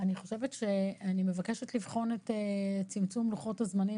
אני מבקשת לבחון את צמצום לוחות-הזמנים